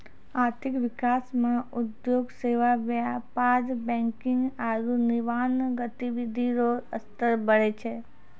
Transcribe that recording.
आर्थिक विकास मे उद्योग सेवा व्यापार बैंकिंग आरू निर्माण गतिविधि रो स्तर बढ़ै छै